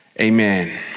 Amen